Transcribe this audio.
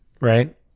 right